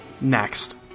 Next